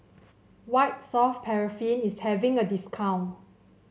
White Soft Paraffin is having a discount